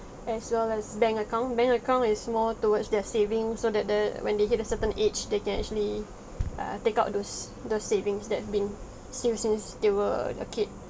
as well as bank account bank account is more towards their savings so that the when they hit a certain age they can actually uh take out those those savings that been saving since they were a kid